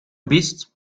bist